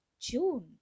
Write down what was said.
June